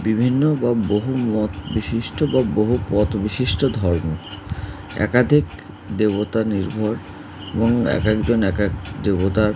বিভিন্ন বা বহু মত বিশিষ্ট বা বহু পথ বিশিষ্ট ধর্ম একাধিক দেবতা নির্ভর এবং এক একজন এক এক দেবতার